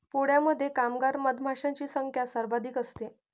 पोळ्यामध्ये कामगार मधमाशांची संख्या सर्वाधिक असते